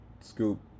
scoop